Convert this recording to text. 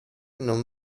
non